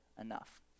enough